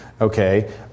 okay